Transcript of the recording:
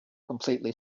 completely